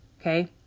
Okay